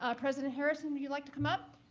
ah president harrison, would you like to come up?